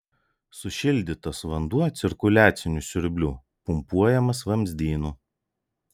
sušildytas vanduo cirkuliaciniu siurbliu pumpuojamas vamzdynu